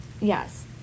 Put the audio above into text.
Yes